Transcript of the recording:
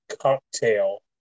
Cocktail